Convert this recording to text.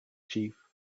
chief